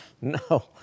No